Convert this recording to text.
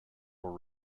were